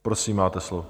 Prosím, máte slovo.